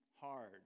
hard